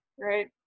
right